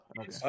Okay